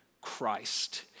Christ